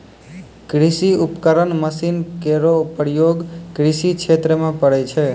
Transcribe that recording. कृषि उपकरण मसीन केरो प्रयोग कृषि क्षेत्र म पड़ै छै